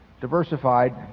Diversified